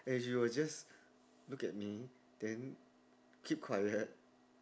and she was just look at me then keep quiet